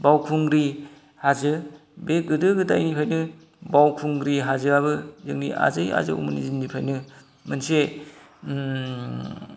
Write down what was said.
बावखुंग्रि हाजो बे गोदो गोदायनिफ्रायनो बावखुंग्रि हाजोआबो जोंनि आजै आजौमोननि दिननिफ्रायनो मोनसे